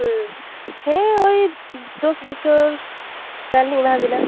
ᱦᱮ ᱳᱭ ᱫᱚᱥ ᱵᱚᱪᱷᱚᱨ ᱜᱟᱱ ᱞᱤᱧ ᱮᱢᱟ ᱦᱟᱵᱮᱱᱟ